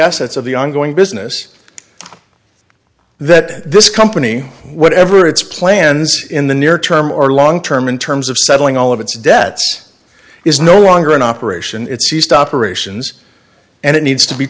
assets of the ongoing business that this company whatever its plans in the near term or long term in terms of settling all of its debts is no longer an operation it's ceased operations and it needs to be